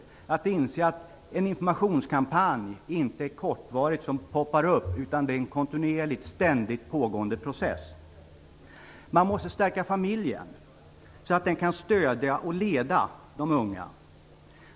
Man måste inse att en informationskampanj inte är något kortvarigt som poppar upp, utan det är en kontinuerlig, ständigt pågående process. Man måste stärka familjen, så att den kan stödja och leda de unga.